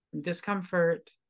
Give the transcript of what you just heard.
discomfort